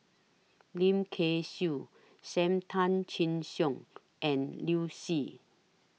Lim Kay Siu SAM Tan Chin Siong and Liu Si